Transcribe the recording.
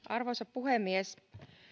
arvoisa puhemies